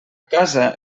casa